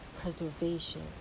preservation